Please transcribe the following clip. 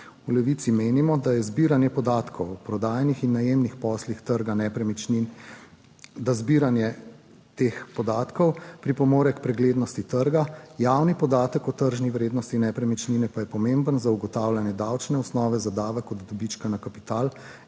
V Levici menimo, da je zbiranje podatkov o prodajnih in najemnih poslih trga nepremičnin da zbiranje teh podatkov pripomore k preglednosti trga, javni podatek o tržni vrednosti nepremičnine pa je pomemben za ugotavljanje davčne osnove za davek od dobička na kapital